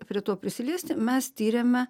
prie to prisiliesti mes tyrėme